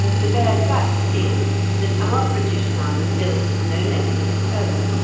the bare fact is that our british kind builds no nest of its own,